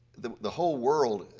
the the whole world,